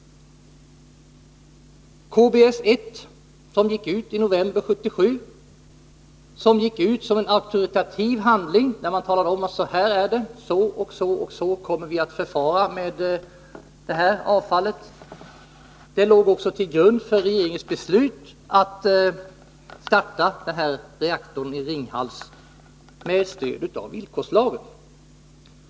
KBS 1, som gick ut i november 1977 som en auktoritativ handling, där man anger hur man kommer att förfara med avfallet, låg också till grund för regeringens beslut att starta reaktorn i Ringhals med stöd av villkorslagen.